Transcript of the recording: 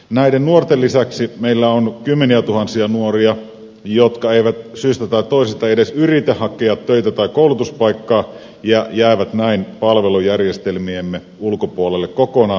näiden nuorten lisäksi meillä on kymmeniätuhansia nuoria jotka eivät syystä tai toisesta edes yritä hakea töitä tai koulutuspaikkaa ja jäävät näin palvelujärjestelmiemme ulkopuolelle kokonaan